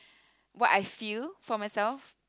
what I feel for myself